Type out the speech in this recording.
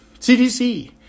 CDC